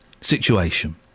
situation